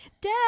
Dad